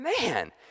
Man